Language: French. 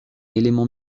éléments